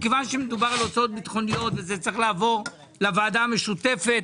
מכיוון שמדובר על הוצאות ביטחוניות וזה צריך לעבור לוועדה המשותפת,